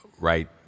Right